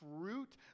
fruit